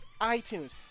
iTunes